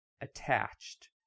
attached